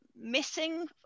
missing